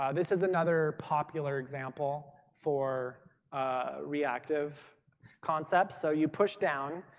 ah this has another popular example for reactive concepts. so you push down.